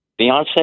Beyonce